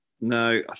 no